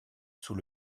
sous